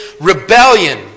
rebellion